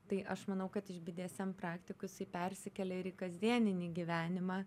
tai aš manau kad bdsm praktikos jisai persikelia ir į kasdienį gyvenimą